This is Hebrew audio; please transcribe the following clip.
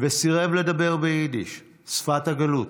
וסירב לדבר ביידיש, שפת הגלות,